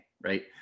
right